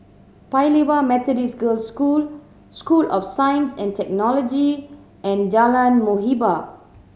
Paya Lebar Methodist Girls' School School of Science and Technology and Jalan Muhibbah